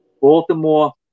Baltimore